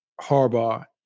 Harbaugh